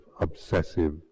obsessive